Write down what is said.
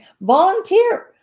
volunteer